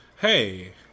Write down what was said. hey